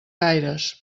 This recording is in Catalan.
gaires